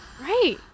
right